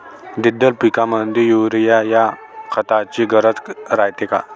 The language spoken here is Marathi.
द्विदल पिकामंदी युरीया या खताची गरज रायते का?